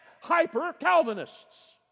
hyper-Calvinists